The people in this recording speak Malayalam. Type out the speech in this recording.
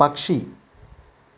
പക്ഷി